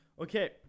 Okay